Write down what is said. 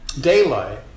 daylight